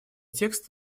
текст